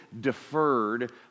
deferred